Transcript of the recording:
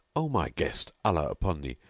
o my guest, allah upon thee,